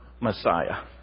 Messiah